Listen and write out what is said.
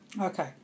Okay